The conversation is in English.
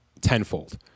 tenfold